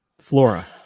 Flora